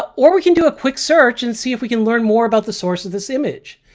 or we can do a quick search and see if we can learn more about the source of this image.